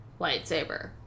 lightsaber